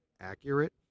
accurate